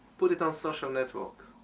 put it on social networks.